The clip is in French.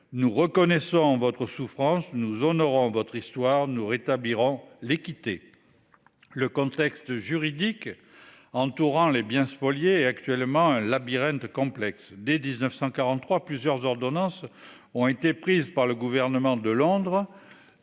Nous reconnaissons votre souffrance nous honorons votre histoire nous rétablirons l'équité. Le contexte juridique entourant les biens spoliés et actuellement un labyrinthe complexe des 19.143 plusieurs ordonnances ont été prises par le gouvernement de Londres.